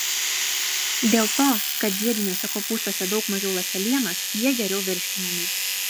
dėl to kad žiediniuose kopūstuose daug mažiau ląstelienos jie geriau virškinami